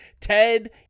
Ted